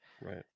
Right